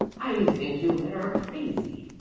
i think you men are crazy,